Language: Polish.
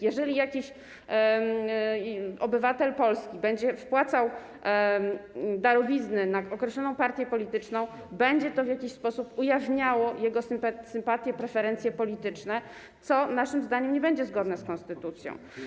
Jeżeli jakiś obywatel Polski będzie wpłacał darowizny na określoną partię polityczną, będzie to w jakiś sposób ujawniało jego sympatie, preferencje polityczne, co naszym zdaniem nie będzie zgodne z konstytucją.